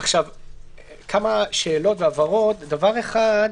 כמה שאלות והבהרות: ראשית,